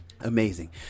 amazing